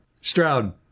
Stroud